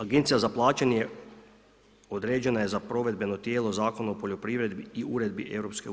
Agencija za plaćanje određena je za provedbeno tijelo zakona o poljoprivredi i uredbi EU.